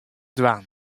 dwaan